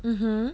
mmhmm